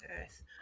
earth